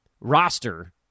roster